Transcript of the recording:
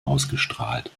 ausgestrahlt